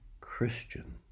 Christian